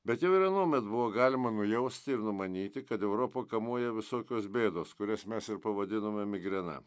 bet jau ir anuomet buvo galima nujausti ir numanyti kad europą kamuoja visokios bėdos kurias mes ir pavadinome migrena